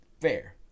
fair